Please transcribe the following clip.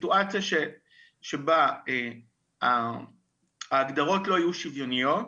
הסיטואציה שבה ההגדרות לא יהיו שוויוניות